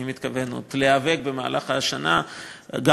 אני מתכוון עוד להיאבק במהלך השנה גם